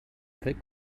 فکر